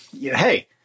hey